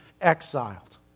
exiled